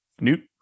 Newt